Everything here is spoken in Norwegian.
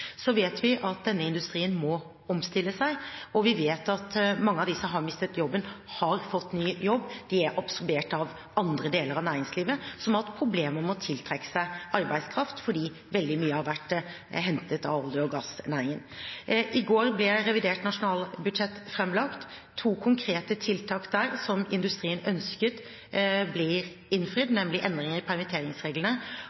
Så vet vi at denne industrien må omstille seg, og vi vet at mange av dem som har mistet jobben, har fått ny jobb. De er absorbert av andre deler av næringslivet, som har hatt problemer med å tiltrekke seg arbeidskraft fordi veldig mye har vært hentet av olje- og gassnæringen. I går ble revidert nasjonalbudsjett framlagt. To konkrete tiltak der som industrien ønsket, blir innfridd, nemlig endringer i permitteringsreglene